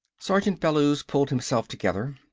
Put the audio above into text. sergeant bellews pulled himself together.